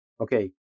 okay